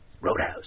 Roadhouse